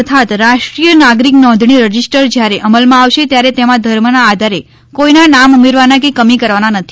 અર્થાત રાષ્ટ્રીય નાગરિક નોંધણી રજીસ્ટર જ્યારે અમલ માં આવશે ત્યારે તેમાં ધર્મ ના આધારે કોઈના નામ ઉમેરવાના કે કમી કરવાના નથી